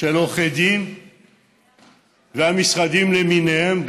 של עורכי דין ומשרדים למיניהם,